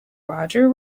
roger